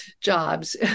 jobs